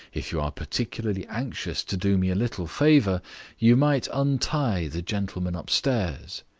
if you are particularly anxious to do me a little favour you might untie the gentlemen upstairs.